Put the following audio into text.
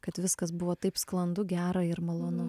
kad viskas buvo taip sklandu gera ir malonu